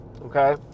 okay